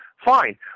Fine